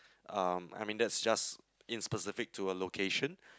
um I mean that's just in specific to a location